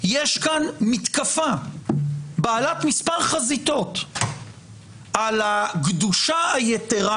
יש כאן מתקפה בעלת מספר חזיתות על הקדושה היתרה